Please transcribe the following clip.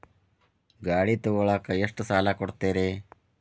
ಗಾಡಿ ತಗೋಳಾಕ್ ಎಷ್ಟ ಸಾಲ ಕೊಡ್ತೇರಿ?